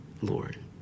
Lord